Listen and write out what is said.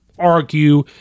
argue